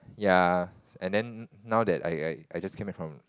ya and then now that I I I just came back from